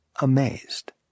amazed